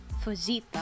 Fujita